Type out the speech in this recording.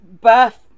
birth